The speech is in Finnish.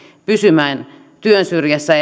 pysymään työn syrjässä